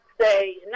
say